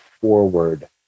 forward